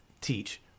teach